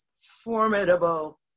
formidable